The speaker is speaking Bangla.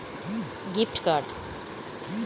এক রকমের ব্যাঙ্কের কার্ডে কেনাকাটি করব